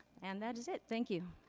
and that is it, thank you.